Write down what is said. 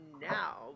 now